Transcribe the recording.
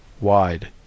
wide